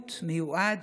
ובריאות מיועד,